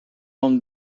own